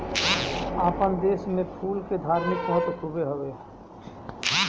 आपन देस में फूल के धार्मिक महत्व खुबे हवे